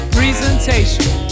Presentation